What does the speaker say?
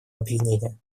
обвинение